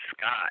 sky